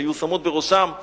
שהיו שמות בראשן,